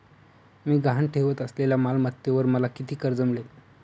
मी गहाण ठेवत असलेल्या मालमत्तेवर मला किती कर्ज मिळेल?